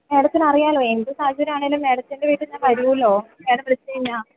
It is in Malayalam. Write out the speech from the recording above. മേഡത്തിനറിയാമല്ലോ എന്ത് സാഹചര്യമാണെങ്കിലും മേഡത്തിൻ്റെ വീട്ടിൽ ഞാൻ വരുമല്ലോ മേഡം വിളിച്ചു കഴിഞ്ഞാൽ